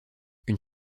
une